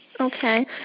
Okay